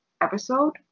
episode